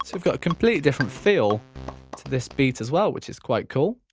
we've got a completely different feel to this beat as well which is quite cool.